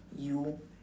you